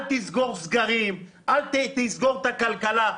אל תסגור סגרים, אל תסגור את הכלכלה.